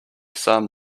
some